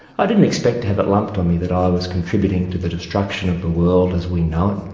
i didn't expect to have it lumped on me that i was contributing to the destruction of the world as we know it.